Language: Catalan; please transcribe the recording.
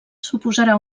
suposarà